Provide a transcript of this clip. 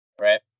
Right